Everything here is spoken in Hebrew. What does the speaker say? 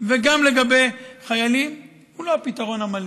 וגם לגבי חיילים, הוא לא הפתרון המלא.